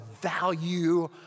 value